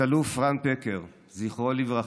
תת-אלוף רן פקר, זכרו לברכה,